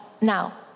Now